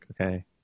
okay